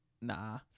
Nah